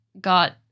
got